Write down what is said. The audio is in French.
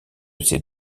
ces